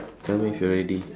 tell me if you're ready